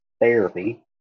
therapy